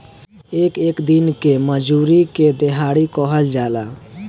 एक एक दिन के मजूरी के देहाड़ी कहल जाला